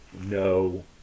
No